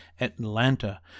Atlanta